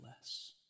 less